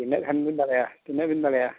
ᱛᱤᱱᱟᱹᱜ ᱜᱟᱱ ᱵᱤᱱ ᱫᱟᱲᱮᱭᱟᱜᱼᱟ ᱛᱤᱱᱟᱹᱜ ᱵᱤᱱ ᱫᱟᱲᱮᱭᱟᱜᱼᱟ